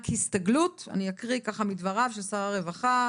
הסתגלות ואני אקריא ככה מדבריו של שר הרווחה.